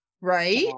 right